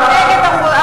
נגד האוכלוסייה.